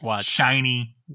shiny